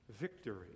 victory